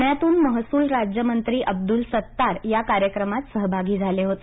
पुण्यातून महसूल राज्यमंत्री अब्दूल सत्तार या कार्यक्रमात सहभागी झाले होते